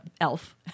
elf